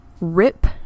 rip